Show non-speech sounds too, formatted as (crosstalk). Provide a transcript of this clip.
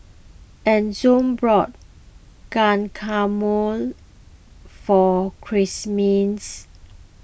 Enzo bought Guacamole for (unintelligible)